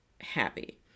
happy